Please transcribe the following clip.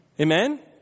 Amen